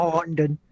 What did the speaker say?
London